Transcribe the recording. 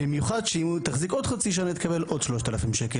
במיוחד שאם היא תחזיק עוד חצי שנה היא תקבל עוד 3,000 ₪,